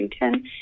Washington